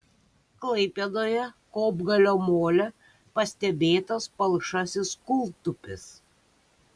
klaipėdoje kopgalio mole pastebėtas palšasis kūltupis